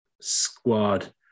squad